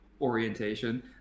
orientation